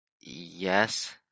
yes